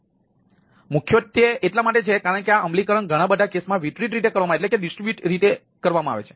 આ મુખ્યત્વે એટલા માટે છે કારણ કે આ અમલીકરણ ઘણા બધા કેસમાં વિતરિત રીતે કરવામાં આવે છે